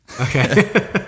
Okay